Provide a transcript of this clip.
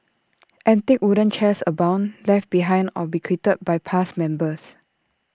antique wooden chairs abound left behind or bequeathed by past members